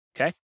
Okay